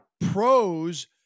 pros